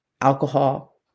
Alcohol